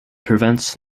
prevents